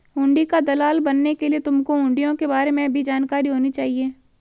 हुंडी का दलाल बनने के लिए तुमको हुँड़ियों के बारे में भी जानकारी होनी चाहिए